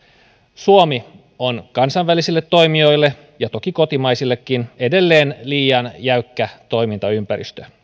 suomi on kansainvälisille toimijoille ja toki kotimaisillekin edelleen liian jäykkä toimintaympäristö